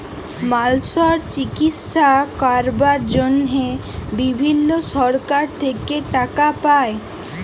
মালসর চিকিশসা ক্যরবার জনহে বিভিল্ল্য সরকার থেক্যে টাকা পায়